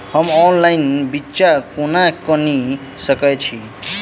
हम ऑनलाइन बिच्चा कोना किनि सके छी?